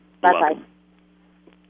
Bye-bye